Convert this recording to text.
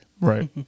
Right